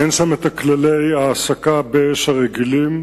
אין שם כללי פתיחה באש הרגילים,